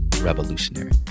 revolutionary